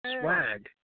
swag